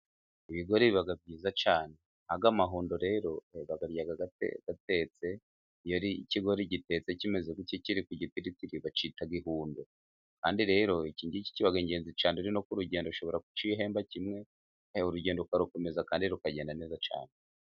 Ibigori biba byiza cyane, nk'aya mahundo rero bayarya atetse, iyo ikigori gitetse kimeze gutya kiri ku gitiriti bacyita ihundo, kandi rero iki ngiki kiba ingenzi cyane uri no ku rugendo ushobora kukihemba kimwe, urugendo rugakomeza kandi rukagenda neza cyane.